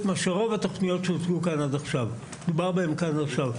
מאשר רוב התכניות שדובר בהן כאן עד עכשיו.